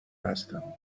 هستم